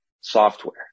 software